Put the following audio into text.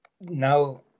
now